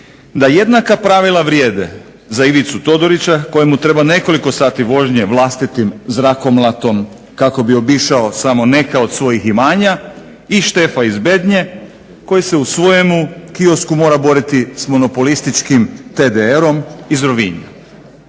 da jednaka pravila vrijede za Ivicu Todorića kojemu treba nekoliko sati vožnje vlastitim zrakomlatom kako bi obišao samo neka od svojih imanja i Štefa iz Bednje koji se u svojemu kiosku mora boriti s monopolističkim TDR-om iz Rovinja.